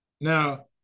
Now